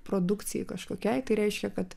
produkcijai kažkokiai tai reiškia kad